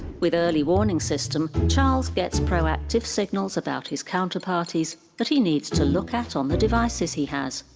with early warning system, charles gets proactive signals about his counter-parties that he needs to look at on the devices he has.